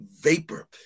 vapor